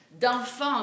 d'enfants